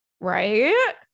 Right